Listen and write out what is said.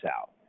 out